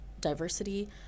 diversity